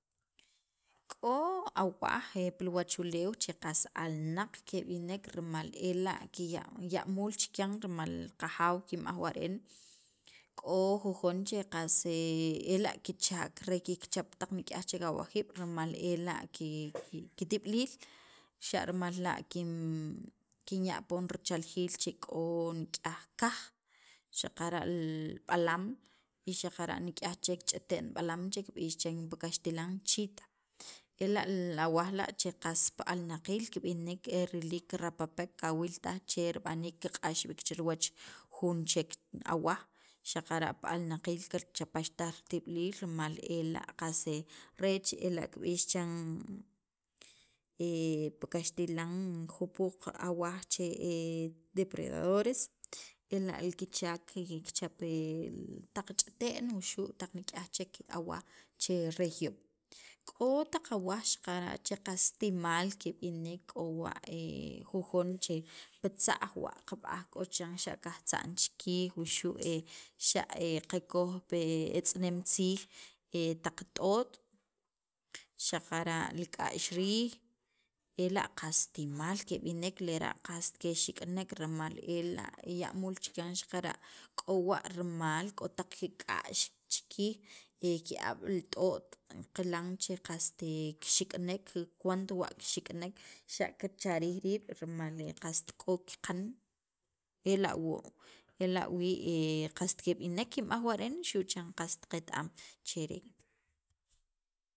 k'o awaj pil wachuleew rimal che qas alnaq keb'inek rimal ela' kiya' ya'muul chikyan rimal qajaaw kinb'aj wa re'en <no'se> k'o jujon che qas ela' kichaak, re kikchap taq nik'yaj chek awajiib' rimal ela' ki kitib'iliil xa' rimal la' kin kinya' poon richaljiil che k'o nik'yaj kaj xaqara' li b'alaam, y xaqara' chek ch'ite'en b'alaam che kib'ix chiran pi kaxtilan chita ela' li awaj la', che qas pi alnaqiil kib'inek e riliik kirapapek kawil taj che rib'aniik kiq'ax b'iik chi riwach jun chek awaj, xaqara' pi alnaqiil kirchapixtaj ritib'iliil ela' kib'ix chiran pi kaxtilan jupuuq awaj che depredadores ela' kichaak kikchap taq ch'ite'n wuxu' taq nik'yaj chek awaj che re juyob', k'o taq awaj xaqara' che qas timaal keb'inek k'o wa' jujon che pi tza'j wa qab'aj k'o chiran xa' kajtza'n chi riij wuxu' xa' qakoj pi etz'eneem tziij taq t'ot', xaqara' li k'a'x riij ela' qas timaal keb'inek, lera' qast kexik'nek rimal ela' ya'muul chikyan xaqara' k'o wa rimal k'o taq kik'a'x chikiij e ki'ab' li t'ot' qast kixik'inek kikawant wa' kexik'nek xa' kirch'arij riib' rimal qast k'o kiqan ela' wo ela' wii' qast keb'inek kinb'aj wa re'en, xu' chan qast qet- am cheren